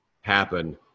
happen